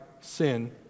sin